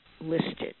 listed